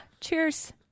cheers